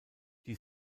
die